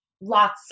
lots